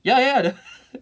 ya ya ya